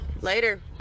later